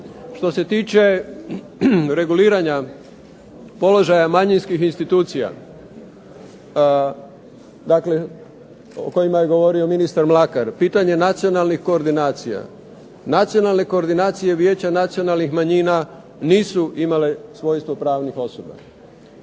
Što se tiče reguliranja položaja manjinskih institucija o kojima je govorio ministar Mlakar, pitanje nacionalnih koordinacija. Nacionalne koordinacije Vijeća nacionalnih manjina nisu imale svojstvo pravnih osoba